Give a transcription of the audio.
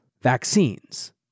Vaccines